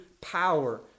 power